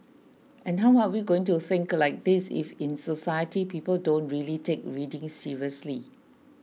and how are we going to think like this if in society people don't really take reading seriously